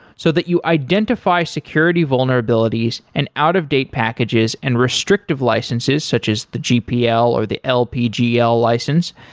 so that you identify security vulnerabilities and out of date packages and restrictive licenses such as the gpl or the lpgl license.